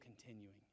continuing